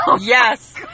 Yes